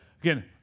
Again